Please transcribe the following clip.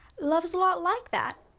love is a lot like that.